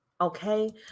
okay